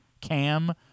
Cam